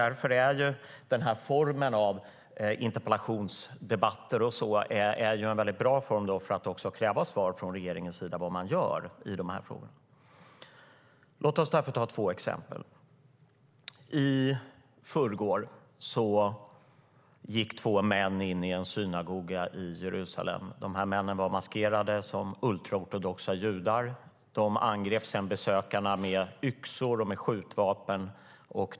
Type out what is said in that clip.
Därför är interpellationsdebatten en väldigt bra form för att kräva svar från regeringen på vad man gör i de här frågorna.I förrgår gick två män in i en synagoga i Jerusalem. Männen var maskerade som ultraortodoxa judar. De angrep sedan besökarna med yxor och skjutvapen.